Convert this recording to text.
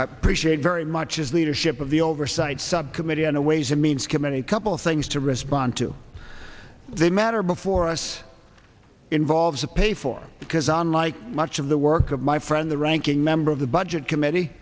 appreciate very much is leadership of the oversight subcommittee on the ways and means committee couple things to respond to the matter before us involves a pay for because unlike much of the work of my friend the ranking member of the budget committee